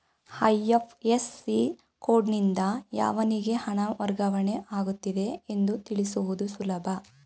IFSC ಕೋಡ್ನಿಂದ ಯಾವನಿಗೆ ಹಣ ವರ್ಗಾವಣೆ ಆಗುತ್ತಿದೆ ಎಂದು ತಿಳಿಸುವುದು ಸುಲಭ